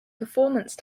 performance